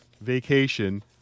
vacation